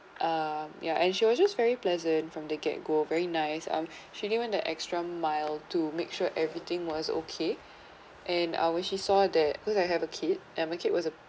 uh ya and she was just very pleasant from the get go very nice um she even the extra mile to make sure everything was okay and uh when she saw that cause I have a kid and the kid was a